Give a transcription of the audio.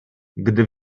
gdy